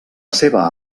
seva